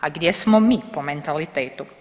A gdje smo mi po mentalitetu?